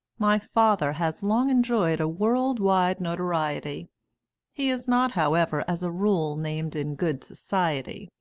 my father has long enjoyed a world-wide notoriety he is not, however, as a rule named in good society,